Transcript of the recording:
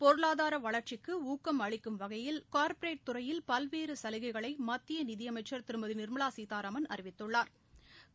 பொருளாதார வளர்ச்சிக்கு ஊக்கம் அளிக்கும் வகையில் கார்ப்பரேட் துறையில் பல்வேறு சலுகைகளை மத்திய நிதி அமைச்சா் திருமதி நிா்மலா சீதாராமன் அறிவித்துள்ளாா்